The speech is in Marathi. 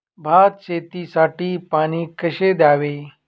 भात शेतीसाठी पाणी कसे द्यावे?